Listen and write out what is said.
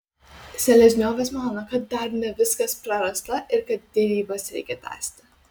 selezniovas mano kad dar ne viskas prarasta ir kad derybas reikia tęsti